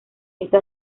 esto